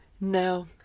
no